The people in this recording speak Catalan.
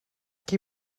qui